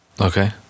Okay